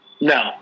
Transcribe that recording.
no